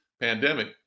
pandemic